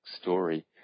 story